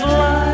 life